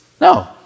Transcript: No